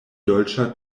dolĉa